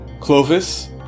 Clovis